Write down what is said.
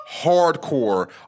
Hardcore